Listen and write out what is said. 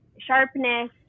sharpness